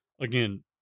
again